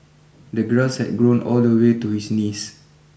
the grass had grown all the way to his knees